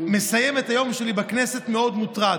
אני מסיים את היום שלי בכנסת מאוד מוטרד.